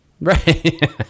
Right